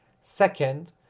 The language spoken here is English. Second